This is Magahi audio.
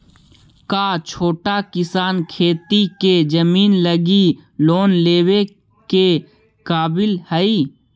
का छोटा किसान खेती के जमीन लगी लोन लेवे के काबिल हई?